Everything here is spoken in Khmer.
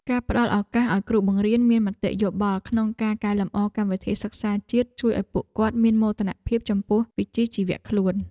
ការផ្តល់ឱកាសឱ្យគ្រូបង្រៀនមានមតិយោបល់ក្នុងការកែលម្អកម្មវិធីសិក្សាជាតិជួយឱ្យពួកគាត់មានមោទនភាពចំពោះវិជ្ជាជីវៈខ្លួន។